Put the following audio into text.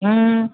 ம்